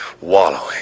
wallowing